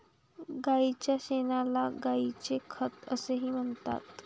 गायीच्या शेणाला गायीचे खत असेही म्हणतात